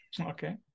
Okay